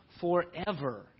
forever